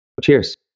cheers